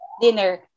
dinner